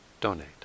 donate